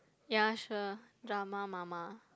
ya sure drama mama